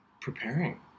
preparing